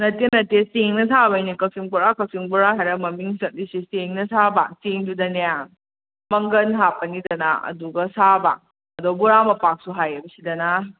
ꯅꯠꯇꯦ ꯅꯠꯇꯦ ꯆꯦꯡꯅ ꯁꯥꯕꯩꯅꯦ ꯀꯥꯛꯆꯤꯡ ꯕꯣꯔꯥ ꯀꯥꯛꯆꯤꯡ ꯕꯣꯔꯥ ꯍꯥꯏꯔ ꯃꯃꯤꯡ ꯆꯠꯂꯤꯁꯤ ꯆꯦꯡꯅ ꯁꯥꯕ ꯆꯦꯡꯗꯨꯗꯅꯦ ꯃꯪꯒꯜ ꯍꯥꯞꯄꯅꯤꯗꯅ ꯑꯗꯨꯒ ꯁꯥꯕ ꯑꯗꯣ ꯕꯣꯔꯥ ꯃꯄꯥꯛꯁꯨ ꯍꯥꯌꯦ ꯁꯤꯗꯅ